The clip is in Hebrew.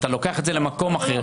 אתה לוקח את זה למקום אחר.